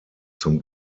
zum